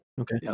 Okay